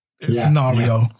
scenario